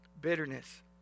bitterness